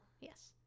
Yes